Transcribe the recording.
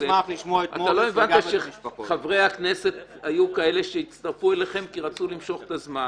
אתה לא הבנת שחברי הכנסת היו כאלה שהצטרפו אליכם כי רצו למשוך את הזמן.